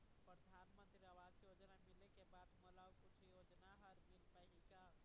परधानमंतरी आवास योजना मिले के बाद मोला अऊ कुछू योजना हर मिल पाही का?